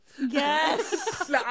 Yes